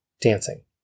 dancing